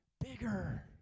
bigger